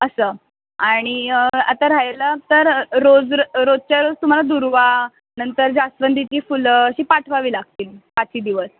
असं आणि आता राहिला तर रोज र रोजच्या रोज तुम्हाला दुर्वा नंतर जास्वंदीची फुलं अशी पाठवावी लागतील पाचही दिवस